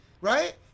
right